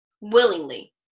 willingly